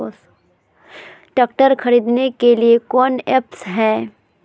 Tractor खरीदने के लिए कौन ऐप्स हाय?